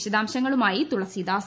വിശദാംശങ്ങളുമായി തുളസീദാസ്